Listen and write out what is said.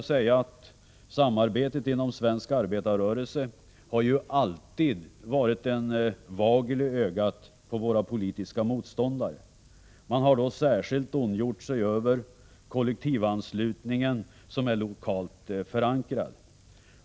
Samarbetet inom svensk arbetarrörelse har alltid varit en nagel i ögat på våra politiska motståndare. Man har särskilt ondgjort sig över kollektivanslutningen, som är lokalt förankrad.